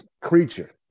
creature